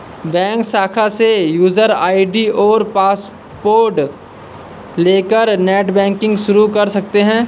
bank शाखा से user ID और पॉसवर्ड लेकर नेटबैंकिंग शुरू कर सकते है